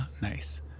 Nice